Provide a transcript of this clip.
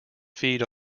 feed